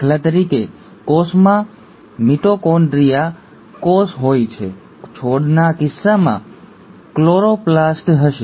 દાખલા તરીકે કોષમાં મિટોકોન્ડ્રિયા કોષ હોય છે છોડના કિસ્સામાં ક્લોરોપ્લાસ્ટ હશે